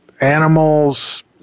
Animals